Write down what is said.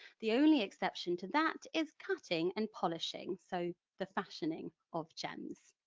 the only exception to that is cutting and polishing so the fashioning of gems.